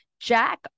Jack